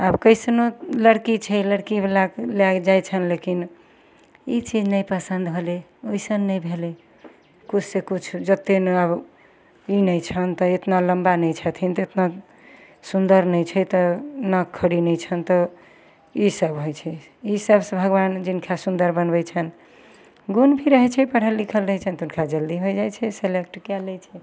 आब कैसनो लड़की छै लड़कीवला लागि जाइ छन्हि लेकिन ई चीज नहि पसन्द भेलय वैसन नहि भेलय किछु सँ किछु जते ने आब ई नहि छन्हि तऽ इतना लम्बा नहि छथिन तऽ इतना सुन्दर नहि छै तऽ नाक खड़ी नहि छन्हि तऽ ईसब होइ छै ईसब सँ भगवान जिनका सुन्दर बनबय छन्हि गुण भी रहय छै पढ़ल लिखल रहय छन्हि तऽ हुनका जल्दी होइ जाइ छै सेलेक्ट कए लै छै